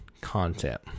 content